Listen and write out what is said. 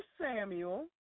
Samuel